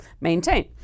maintain